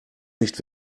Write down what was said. nicht